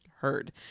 heard